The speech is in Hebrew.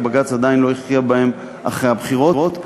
ובג"ץ עדיין לא הכריע בהם אחרי הבחירות,